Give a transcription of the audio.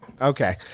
Okay